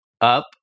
up